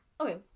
Okay